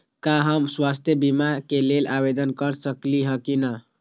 का हम स्वास्थ्य बीमा के लेल आवेदन कर सकली ह की न?